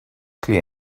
clear